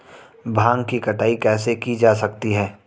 भांग की कटाई कैसे की जा सकती है?